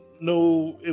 no